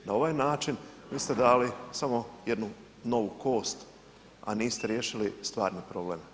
Na ovaj način vi ste dali samo jednu novu kost, a niste riješili stvarni problem.